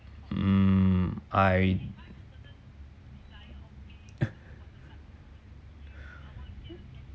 hmm I